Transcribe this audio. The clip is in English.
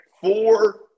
four